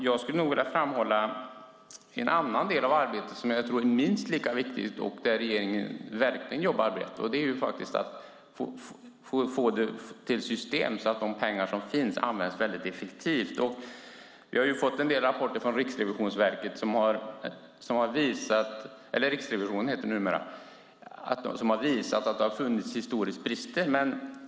Jag skulle nog vilja framhålla en annan del av arbetet som jag tror är minst lika viktig och där regeringen verkligen jobbar brett, och det är att få det till system så att de pengar som finns används effektivt. Vi har fått en del rapporter från Riksrevisionen som har visat att det historiskt har funnits brister.